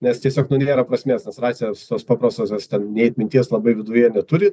nes tiesiog nu nėra prasmės nes racijos tos paprastosios ten nei atminties labai viduje neturi